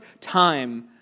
time